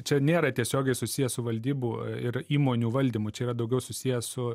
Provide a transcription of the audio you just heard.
čia nėra tiesiogiai susiję su valdybų ir įmonių valdymu čia yra daugiau susiję su